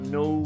no